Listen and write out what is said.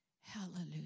hallelujah